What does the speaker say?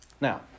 Now